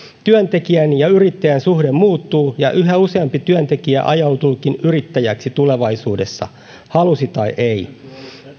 työntekijän ja yrittäjän suhde muuttuu ja yhä useampi työntekijä ajautuukin yrittäjäksi tulevaisuudessa halusi tai ei